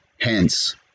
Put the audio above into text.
Hence